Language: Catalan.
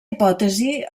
hipòtesi